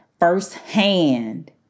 Firsthand